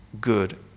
good